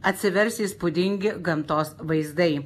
atsivers įspūdingi gamtos vaizdai